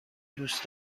دوست